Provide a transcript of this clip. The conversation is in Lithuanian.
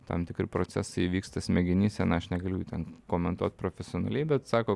tam tikri procesai įvyksta smegenyse na aš negaliu ten komentuot profesionaliai bet sako